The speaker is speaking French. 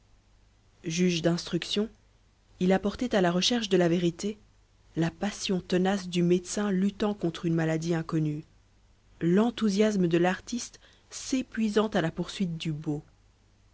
juge d'instruction il apportait à la recherche de la vérité la passion tenace du médecin luttant contre une maladie inconnue l'enthousiasme de l'artiste s'épuisant à la poursuite du beau